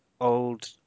Old